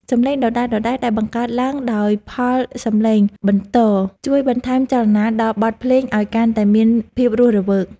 សំឡេងដដែលៗដែលបង្កើតឡើងដោយផលសំឡេងបន្ទរជួយបន្ថែមចលនាដល់បទភ្លេងឱ្យកាន់តែមានភាពរស់រវើក។